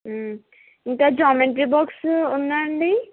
ఇంకా geometry box ఉందా అండి